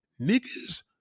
Niggas